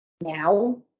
now